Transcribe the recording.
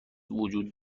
وجود